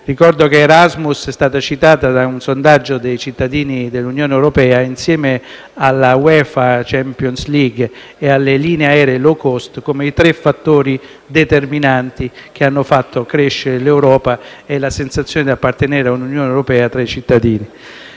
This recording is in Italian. Ricordo che Erasmus è stata citata da un sondaggio dei cittadini dell'Unione europea, insieme alla UEFA Champions League e alle linee aeree *low cost*, come i tre fattori determinanti che hanno fatto crescere l'Europa e la sensazione di appartenere all'Unione europea tra i cittadini.